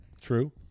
True